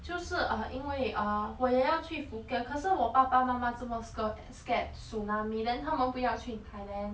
就是 uh 因为 uh 我也要去 phuket 可是我爸爸妈妈这么 skurf eh scared tsunami then 他们不要去 thailand